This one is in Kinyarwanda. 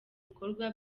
bikorwa